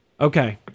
Okay